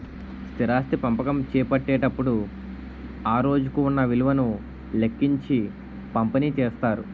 స్థిరాస్తి పంపకం చేపట్టేటప్పుడు ఆ రోజుకు ఉన్న విలువను లెక్కించి పంపిణీ చేస్తారు